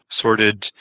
sorted